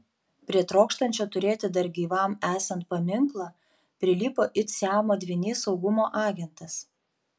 prie trokštančio turėti dar gyvam esant paminklą prilipo it siamo dvynys saugumo agentas